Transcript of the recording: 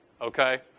okay